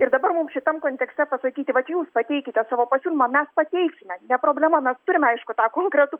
ir dabar mums šitam kontekste pasakyti vat jūs pateikite savo pasiūlymą mes pateiksime ne problema mes turim aišku tą konkretų